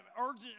urgent